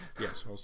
yes